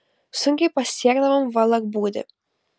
sunkiai pasiekdavom valakbūdį